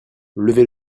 levez